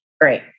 great